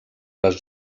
les